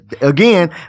Again